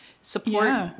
support